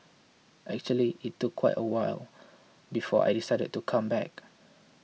actually it took quite a while before I decided to come back